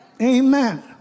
Amen